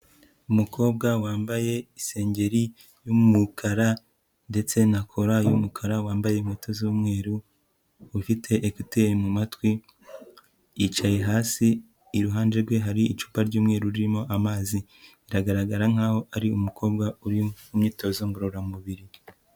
Umukobwa wambaye isengeri y'umukara ndetse na kora y'umukara, wambaye inkweto z'umweru, ufite ekuteri mu matwi, yicaye hasi iruhande rwe hari icupa ry'umweru ririmo amazi, biragaragara nkaho ari umukobwa uri mu myitozo ngororamubiri.